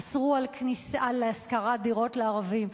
אסרו השכרת דירות לערבים,